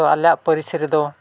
ᱛᱚ ᱟᱞᱮᱭᱟᱜ ᱯᱟᱹᱨᱤᱥ ᱨᱮᱫᱚ